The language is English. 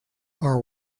are